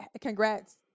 congrats